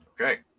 Okay